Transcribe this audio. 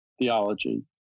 theology